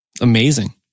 Amazing